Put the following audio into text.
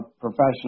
professional